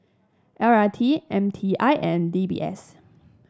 L R T M T I and D B S